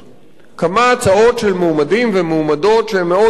כמה הצעות של מועמדים ומועמדות שהם מאוד ראויים,